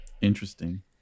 interesting